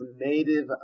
Native